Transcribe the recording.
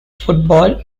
football